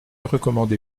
recommandez